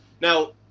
Now